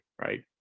right